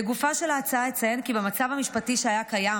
לגופה של ההצעה אציין כי במצב המשפטי שהיה קיים